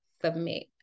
submit